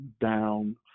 down